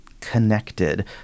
connected